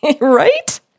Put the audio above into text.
Right